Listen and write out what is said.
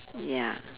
ya